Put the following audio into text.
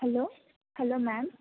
hello hello ma'am